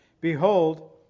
Behold